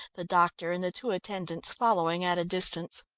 the doctor and the two attendants following at a distance.